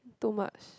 too much